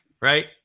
right